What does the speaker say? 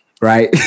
Right